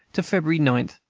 to february nine,